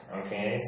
okay